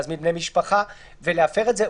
להזמין בני משפחה ולהפר את זה.